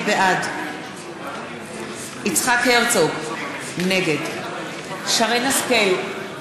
בעד יצחק הרצוג, נגד שרן השכל,